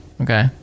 Okay